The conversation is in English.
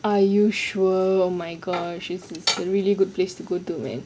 are you sure oh my god you should it's a really good place to go to man